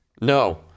No